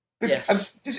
yes